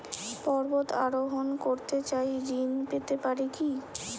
পর্বত আরোহণ করতে চাই ঋণ পেতে পারে কি?